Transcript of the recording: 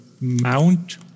mount